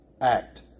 act